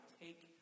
take